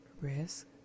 risk